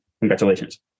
Congratulations